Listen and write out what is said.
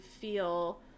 feel